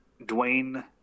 Dwayne